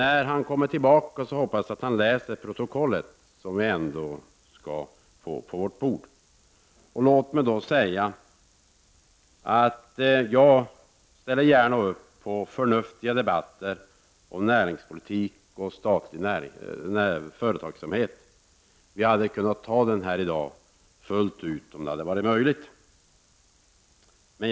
När han kommer tillbaka hoppas jag att han läser protokollet. Låt mig då säga att jag gärna ställer upp i förnuftiga debatter om näringspolitik och statlig företagsamhet — vi hade kunna föra en debatt fullt ut här i dag.